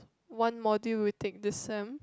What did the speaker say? one module we take this sem